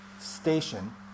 Station